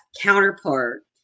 counterpart